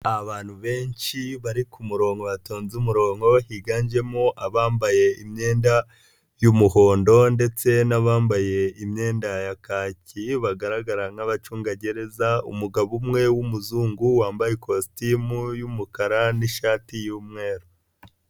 Abantu benshi bari ku murongo batonze umurongo higanjemo abambaye imyenda y'umuhondo ndetse n'abambaye imyenda ya kaki, bagaragara nk'abacunga gereza, umugabo umwe w'umuzungu wambaye ikositimu y'umukara n'ishati y'umweru.